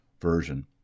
version